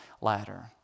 ladder